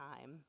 time